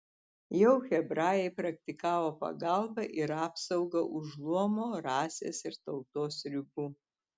jau hebrajai praktikavo pagalbą ir apsaugą už luomo rasės ir tautos ribų